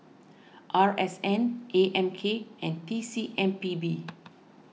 R S N A M K and T C M P B